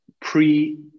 pre